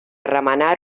remenar